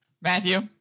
Matthew